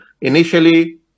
initially